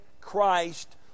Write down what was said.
Christ